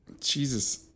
Jesus